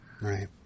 Right